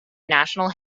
national